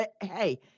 hey